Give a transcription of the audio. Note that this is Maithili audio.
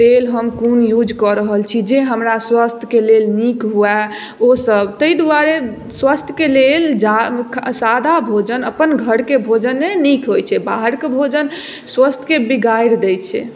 तेल हम कोन यूज कऽ रहल छी जे हमरा स्वास्थ्यके लेल नीक हुअए ओ सब तै दुआरे स्वास्थ्यके लेल जा सादा भोजन अपन घरके भोजने ने नीक होइ छै बाहरके भोजन स्वास्थ्यके बिगाड़ि दै छै